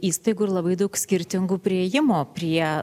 įstaigų ir labai daug skirtingų priėjimo prie